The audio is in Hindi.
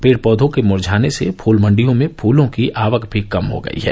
पेड़ पौधों के मुरझाने से फूल मंडियों में फूलों की आवक भी कम हो गयी है